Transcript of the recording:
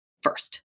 first